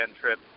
Trip